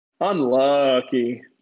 Unlucky